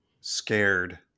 scared